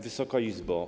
Wysoka Izbo!